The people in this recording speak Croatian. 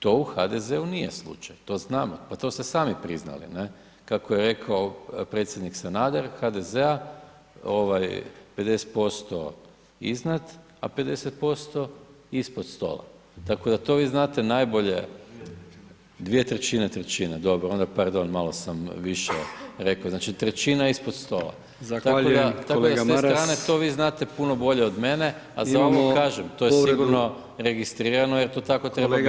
To u HDZ-u nije slučaj, to znamo, pa to ste sami priznali ne, kako je rekao predsjednik Sanader, HDZ-a, 50% iznad, a 50% ispod stola, tako da to vi znate najbolje [[Upadica iz sabornice: 2]] 3/…2/3, trećine, onda pardon, malo sam više rekao, znači, trećina ispod stola [[Upadica: Zahvaljujem kolega Maras]] tako da s te strane to vi znate puno bolje od mene [[Upadica: Imamo povredu]] a za ovo kažem, to je sigurno registrirano jer to tako treba biti.